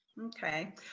Okay